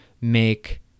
make